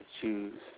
choose